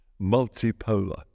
multipolar